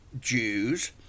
Jews